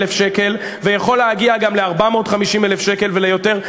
שקל ויכול להגיע גם ל-450,000 שקל ויותר,